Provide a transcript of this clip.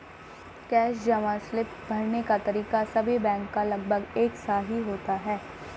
cash जमा slip भरने का तरीका सभी बैंक का लगभग एक सा ही होता है